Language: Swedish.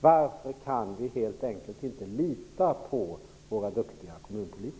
Varför kan vi helt enkelt inte lita på våra duktiga kommunpolitiker?